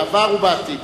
בעבר ובעתיד.